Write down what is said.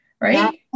right